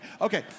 okay